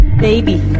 baby